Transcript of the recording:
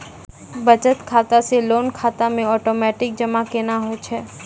बचत खाता से लोन खाता मे ओटोमेटिक जमा केना होय छै?